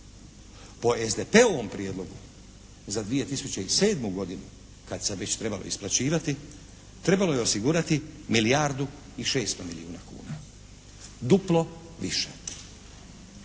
Po SDP-ovom prijedlogu za 2007. godinu kad se već trebalo isplaćivati trebalo je osigurati milijardu i 600 milijuna kuna. Duplo više.